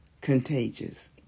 contagious